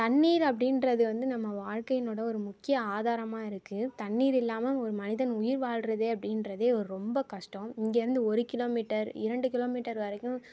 தண்ணீர் அப்படின்றது வந்து நம்ம வாழ்க்கையினோட ஒரு முக்கிய ஆதாரமாக இருக்குது தண்ணீர் இல்லாமல் ஒரு மனிதன் உயிர் வாழ்வது அப்படின்றதே ரொம்ப கஷ்டம் இங்கே இருந்து ஒரு கிலோ மீட்டர் இரண்டு கிலோ மீட்டர் வரைக்கும்